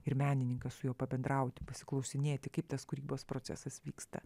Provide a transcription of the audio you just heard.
ir menininką su juo pabendrauti pasiklausinėti kaip tas kūrybos procesas vyksta